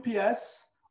UPS